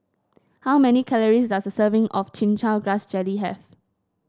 how many calories does a serving of Chin Chow Grass Jelly have